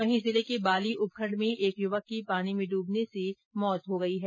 वही जिले के बाली उपखण्ड में एक युवक की पानी में डूबने से मौत हो गई है